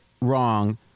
wrong